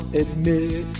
admit